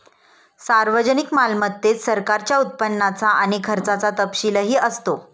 सार्वजनिक मालमत्तेत सरकारच्या उत्पन्नाचा आणि खर्चाचा तपशीलही असतो